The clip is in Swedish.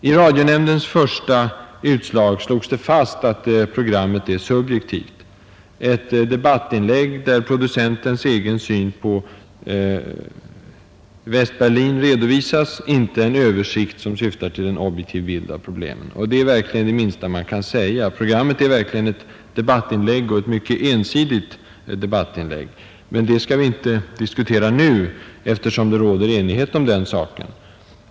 I radionämndens första utslag slogs det fast att programmet är subjektivt. Det är ett debattinlägg där producentens egen syn på Västberlin redovisas, inte en översikt som syftar till en objektiv bild av problemen. Det är det minsta man kan säga. Programmet är verkligen ett debattinlägg och ett mycket ensidigt sådant. Men det skall vi inte diskutera nu, eftersom det råder enighet om den saken.